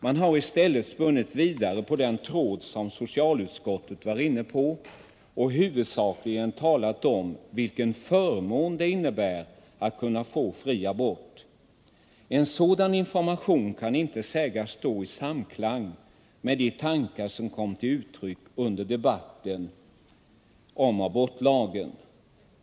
Man har i stället spunnit vidare på den tråd som socialutskottet dragit fram och huvudsakligen talat om vilken förmån det innebär att kunna få fri abort. En sådan information kan inte sägas stå i samklang med de tankar som kom till uttryck under debatten om abortlagen.